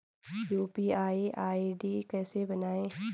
UPI ID कैसे बनायें?